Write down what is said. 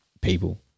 people